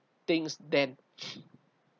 things that